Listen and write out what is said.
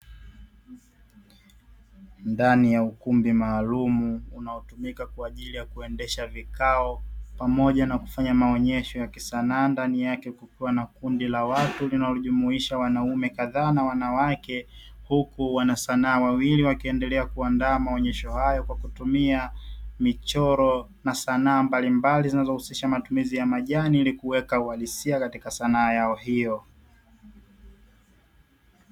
Ndani ya ukumbi maalum unaotumika kwa ajili ya kuendesha vikao pamoja na kufanya maonesho ya kisanaa ndani yake kukiwa na kundi la watu linalojumuisha wanaume kadhaa na wanawake, huku wana sanaa wawili wakiendelea kuandaa maonesho hayo kwa kutumia michoro na sanaa mbalimbali zinazo husisha matumizi ya majani ili kuweka uhalisia katika sanaa yao hiyo.